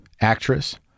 actress